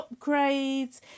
upgrades